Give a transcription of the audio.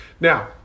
Now